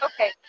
Okay